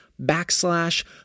backslash